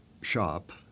shop